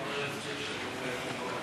לרשותך עד שלוש דקות.